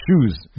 shoes